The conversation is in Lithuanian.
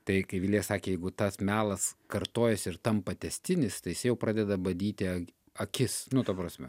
tai kai vilija sakė jeigu tas melas kartojasi ir tampa tęstinis tai isai jau pradeda badyti akis nu ta prasme